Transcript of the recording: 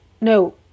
no